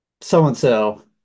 so-and-so